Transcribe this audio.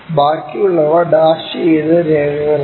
ബാക്കിയുള്ളവ ഡാഷ് ചെയ്ത രേഖകളാണ്